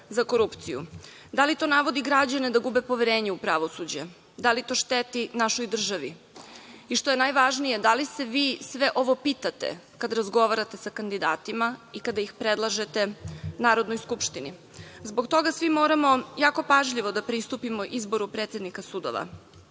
za korupciju? Da li to navodi građane da gube poverenje u pravosuđe? Da li to šteti našoj državi? I, što je najvažnije, da li se vi sve ovo pitate kada razgovarate sa kandidatima i kada ih predlažete Narodnoj skupštini? Zbog toga svi moramo jako pažljivo da pristupimo izboru predsednika sudova.